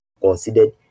considered